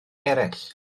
eraill